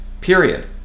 period